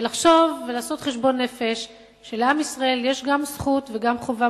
ולחשוב ולעשות חשבון נפש שלעם ישראל יש גם זכות וגם חובה